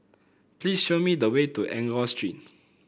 please show me the way to Enggor Street